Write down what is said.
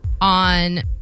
on